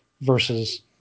versus